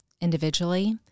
individually